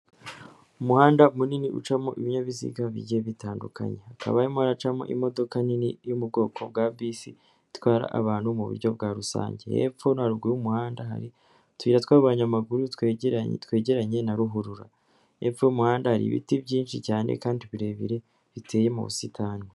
Umuhanda munini ucamo ibinyabiziga bigiye bitandukanye hakaba harimo haracamo imodoka nini yo mu bwoko bwa bisi itwara abantu muburyo bwa rusange hepfo no haruguru y'umuhanda hari utuyira twabanyamaguru twegeranye na ruhurura hepfo y'umuhanda hari ibiti byinshi cyane kandi birebire biteye mu busitani.